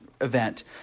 event